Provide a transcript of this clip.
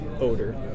odor